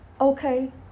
okay